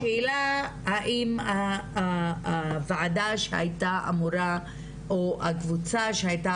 השאלה האם הועדה שהייתה אמורה או הקבוצה שהייתה